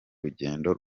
rugendo